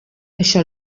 això